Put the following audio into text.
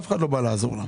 אף אחד לא בא לעזור לה.